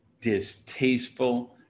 distasteful